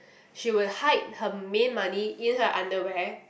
she would hide her main money in her underwear